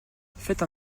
faites